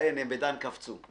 מגיעים באיחור,